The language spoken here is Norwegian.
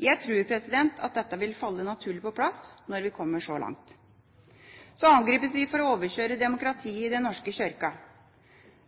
Jeg tror at dette vil falle naturlig på plass når vi kommer så langt. Så angripes vi for å overkjøre demokratiet i Den norske kirke.